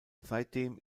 seitdem